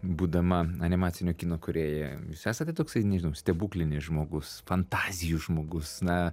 būdama animacinio kino kūrėja jūs esate toksai nežinau stebuklinis žmogus fantazijų žmogus na